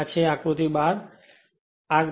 આ છે આ આકૃતી 12